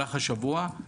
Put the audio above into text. במהלך השבוע,